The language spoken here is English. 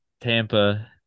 Tampa